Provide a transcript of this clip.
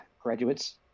graduates